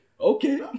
Okay